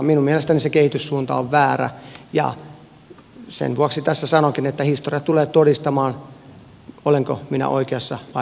minun mielestäni se kehityssuunta on väärä ja sen vuoksi tässä sanonkin että historia tulee todistamaan olenko minä oikeassa vai väärässä